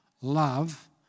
love